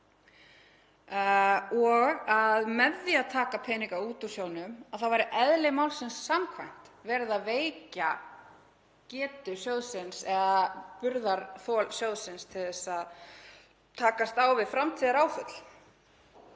hluta. Með því að taka peninga út úr sjóðnum væri því eðli málsins samkvæmt verið að veikja getu sjóðsins eða burðarþol hans til að takast á við framtíðaráföll.